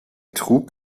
trug